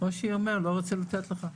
ראש העיר אומר: לא רוצה לתת לך.